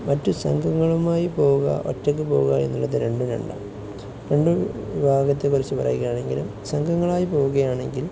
മറ്റു സംഘങ്ങളുമായി പോകുക ഒറ്റയ്ക്കു പോകുക എന്നുള്ളത് രണ്ടും രണ്ടാണ് രണ്ടു വിഭാഗത്തെക്കുറിച്ചു പറയുകയാണെങ്കിലും സംഘങ്ങളായി പോവുകയാണെങ്കിൽ